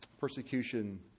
persecution